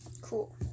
Cool